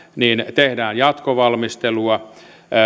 tehdään jatkovalmistelua